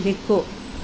ಬೆಕ್ಕು